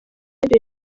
radio